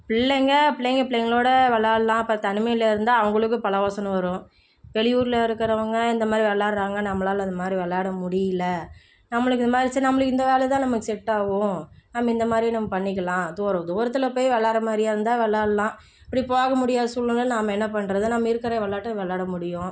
பிள்ளைங்கள் பிள்ளைங்கள் பிள்ளைங்களோட விளயாட்லாம் அப்புறம் தனிமையில் இருந்தால் அவர்களுக்கும் பல யோசனை வரும் வெளியூரில் இருக்கிறவங்க இந்த மாதிரி விளயாட்றாங்க நம்மளால் அது மாதிரி விளயாட முடியல நம்மளுக்கு இது மாதிரி இருந்துச்சுனால் நம்மளுக்கு இந்த வேலை தான் நம்மளுக்கு செட் ஆகும் நம்ம இந்த மாதிரி நம்ம பண்ணிக்கலாம் தூரம் தூரத்தில் போய் விளயாட்ற மாதிரி இருந்தால் விளயாட்லாம் அப்படி போக முடியாத சூழ்நிலையில் நாம் என்ன பண்ணுறது நம்ம இருக்கிற விளயாட்ட விளயாட முடியும்